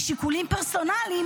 משיקולים פרסונליים,